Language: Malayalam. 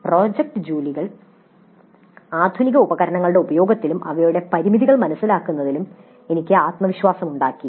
"പ്രോജക്റ്റ് ജോലികൾ ആധുനിക ഉപകരണങ്ങളുടെ ഉപയോഗത്തിലും അവയുടെ പരിമിതികൾ മനസ്സിലാക്കുന്നതിലും എനിക്ക് ആത്മവിശ്വാസം ഉണ്ടാക്കി